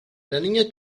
niña